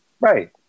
Right